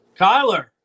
Kyler